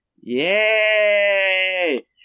Yay